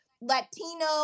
Latino